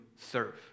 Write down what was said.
Serve